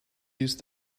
used